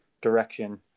direction